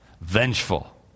vengeful